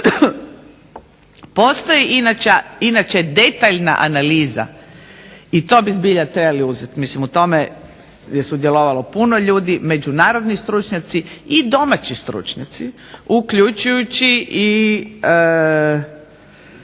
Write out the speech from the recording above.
Postoji inače detaljna analiza i to bi zbilja trebali uzeti. Mislim u tome je sudjelovalo puno ljudi, međunarodni i domaći stručnjaci uključujući